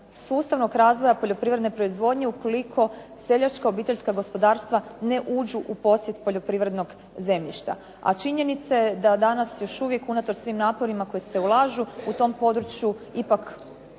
sustavnog razvoja poljoprivredne proizvodnje ukoliko seljačka obiteljska gospodarstva ne uđu u posjet poljoprivrednog zemljišta. A činjenica je da danas unatoč svim naporima koje se ulažu u tom području ipak nije